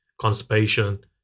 constipation